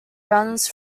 runs